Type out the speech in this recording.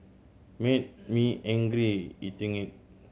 made me angry eating it